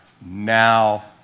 Now